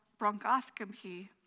bronchoscopy